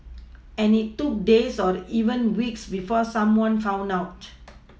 and it took days or even weeks before someone found out